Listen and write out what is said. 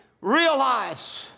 realize